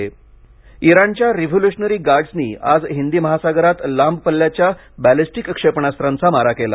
Iran क्षेपणास्त्र इराणच्या revolutionary गाईसनी आज हिंदी महासागरात लांब पल्ल्याच्या बॅलिस्टिक क्षेपणास्त्रांचा मारा केला